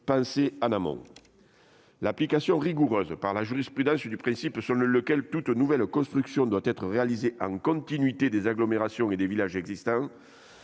pensée en amont.